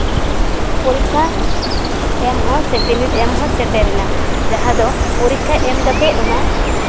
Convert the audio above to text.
ᱯᱚᱨᱤᱠᱠᱷᱟ ᱮᱢ ᱦᱚᱸ ᱥᱮ ᱵᱤᱱᱤᱰ ᱮᱢ ᱦᱚᱸ ᱥᱮᱴᱮᱨ ᱮᱱᱟ ᱡᱟᱦᱟᱸ ᱫᱚ ᱯᱚᱨᱤᱠᱠᱷᱟ ᱮᱢ ᱠᱟᱛᱮᱫ ᱚᱱᱟ